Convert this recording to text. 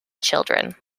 children